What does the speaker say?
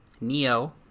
NEO